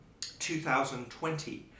2020